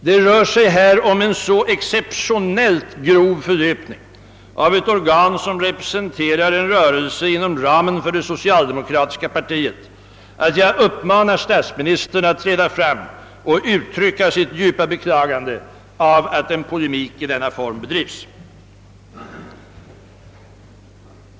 Det rör sig här om en så exceptionellt grov förlöpning av ett organ, som representerar en rörelse inom ramen för det socialdemokratiska partiet, att jag uppmanar statsministern att träda fram och uttrycka sitt djupa beklagande av att en polemik i denna form bedrivs.